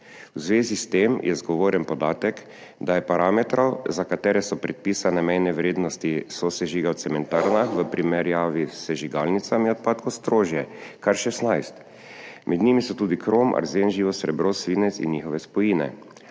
v zvezi s tem je zgovoren podatek, da je parametrov, za katere so predpisane mejne vrednosti sosežiga v cementarnah v primerjavi s sežigalnicami odpadkov strožje, kar 16, med njimi so tudi krom, arzen, živo srebro, svinec in njihove spojine,